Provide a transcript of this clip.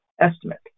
estimate